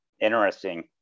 interesting